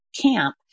camp